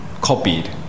copied